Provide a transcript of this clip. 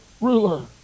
ruler